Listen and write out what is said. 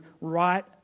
right